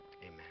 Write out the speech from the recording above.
Amen